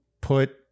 put